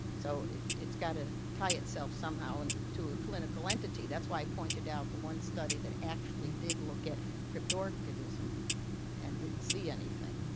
so it's got to tie itself somehow and to a clinical entity. that's why i pointed out the one study that actually did look at cryptorchidism and and see anything.